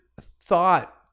thought